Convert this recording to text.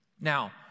Now